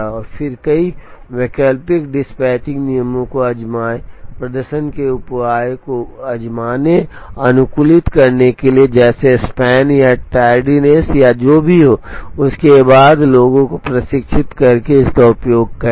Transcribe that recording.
और फिर कई वैकल्पिक डिस्पैचिंग नियमों को आज़माएं प्रदर्शन के उपायों को आज़माने और अनुकूलित करने के लिए जैसे स्पैन या टैर्डनेस या जो भी हो और उसके बाद लोगों को प्रशिक्षित करके इसका उपयोग करें